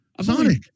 Sonic